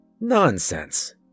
Nonsense